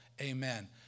Amen